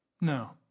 No